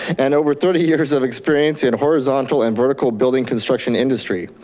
and over thirty years of experience in horizontal and vertical building construction industry.